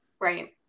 Right